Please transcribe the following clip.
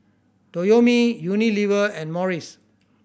Toyomi Unilever and Morries